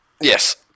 Yes